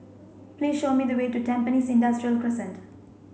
please show me the way to Tampines Industrial Crescent